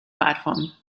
platform